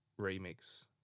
remix